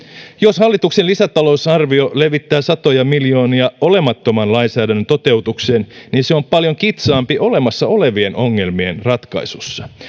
jos hallituksen lisätalousarvio levittää satoja miljoonia olemattoman lainsäädännön toteutukseen niin se on paljon kitsaampi olemassa olevien ongelmien ratkaisussa